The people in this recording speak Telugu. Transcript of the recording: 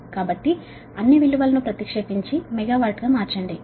కాబట్టి అన్ని విలువలను ప్రతిక్షేపించి మెగావాట్ గా మార్చాలి